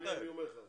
הדברים הם מורכבים,